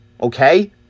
Okay